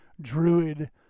druid